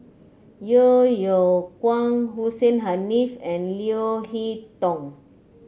Yeo Yeow Kwang Hussein Haniff and Leo Hee Tong